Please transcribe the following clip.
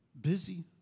busy